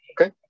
okay